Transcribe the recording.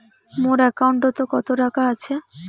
মোর একাউন্টত কত টাকা আছে?